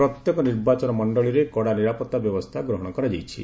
ପ୍ରତ୍ୟେକ ନିର୍ବାଚନ ମଣ୍ଡଳୀରେ କଡ଼ା ନିରାପତ୍ତା ବ୍ୟବସ୍ଥା ଗ୍ରହଣ କରାଯାଇଛି